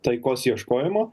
taikos ieškojimo